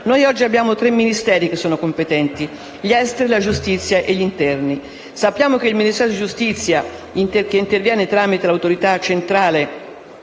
Noi oggi abbiamo tre Ministeri competenti in materia: gli esteri, la giustizia e gli interni. Sappiamo che il Ministero di giustizia, che interviene tramite l'Autorità centrale